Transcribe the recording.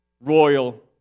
royal